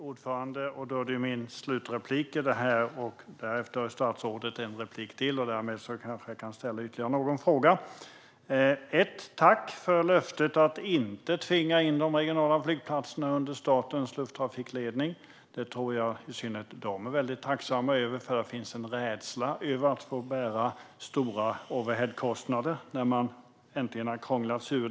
Fru talman! Detta är min slutreplik, och därefter har statsrådet en replik till. Därmed kanske jag kan ställa ytterligare någon fråga. Tack för löftet att inte tvinga in de regionala flygplatserna under statens lufttrafikledning! Det är tror jag att i synnerhet de är väldigt tacksamma över, för det finns en rädsla över att få bära stora overhead-kostnader när man äntligen har krånglat sig ur det.